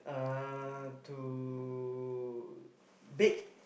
uh to bake